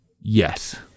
Yes